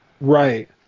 Right